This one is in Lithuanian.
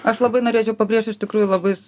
aš labai norėčiau pabrėžt iš tikrųjų labai